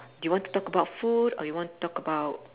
do you want to talk about food or you want to talk about